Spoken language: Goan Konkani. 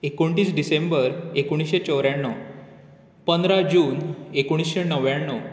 एकूणतीस डिसेंबर एकुणशे चौद्याणव पंदरा जून एकुणशे णव्याणव